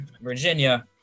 Virginia